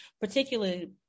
particularly